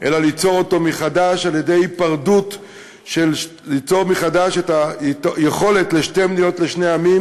אלא ליצור מחדש את היכולת לשתי מדינות לשני עמים.